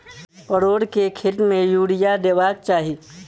परोर केँ खेत मे यूरिया देबाक चही?